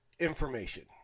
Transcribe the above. information